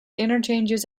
interchanges